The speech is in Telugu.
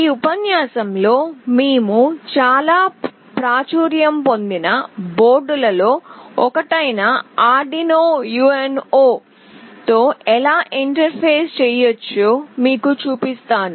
ఈ ఉపన్యాసంలో మేము చాలా ప్రాచుర్యం పొందిన బోర్డులలో ఒకటైన ఆర్డునో యుఎన్ఓ తో ఎలా ఇంటర్ఫేస్ చేయవచ్చో మీకు చూపిస్తాను